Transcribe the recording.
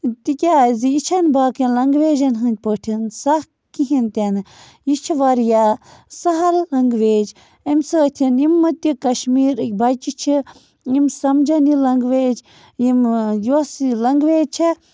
تِکیٛازِ یہِ چھَنہٕ باقٕیَن لنٛگویجَن ہٕنٛدۍ پٲٹھۍ سَکھ کِہیٖنۍ تہِ نہٕ یہِ چھِ واریاہ سَہل لنٛگویج اَمہِ سۭتۍ یِمہٕ تہِ کشمیٖرٕکۍ بچہِ چھِ یِم سمجھن یہِ لنٛگویج یِمہٕ یۄس یہِ لنٛگویج چھےٚ